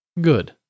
Good